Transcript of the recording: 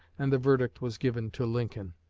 and the verdict was given to lincoln.